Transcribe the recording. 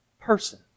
person